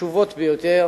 החשובות ביותר,